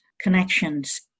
connections